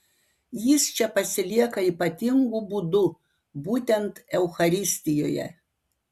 jis čia pasilieka ypatingu būdu būtent eucharistijoje